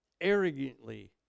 arrogantly